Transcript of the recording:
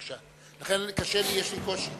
לכן יש לי קושי.